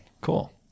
Cool